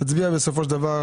בסופו של דבר,